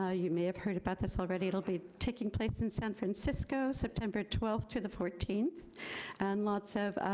ah you may have heard about this already. it'll be taking place in san francisco, september twelfth to the fourteenth and lots of